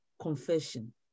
confession